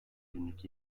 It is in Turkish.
günlük